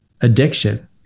addiction